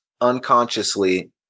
unconsciously